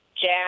Jack